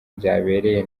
byabereye